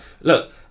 Look